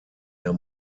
der